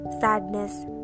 sadness